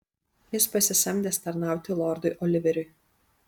jis pasisamdęs tarnauti lordui oliveriui